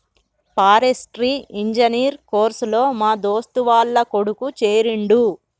forestry engineer course లో మా దోస్తు వాళ్ల కొడుకు చేరిండు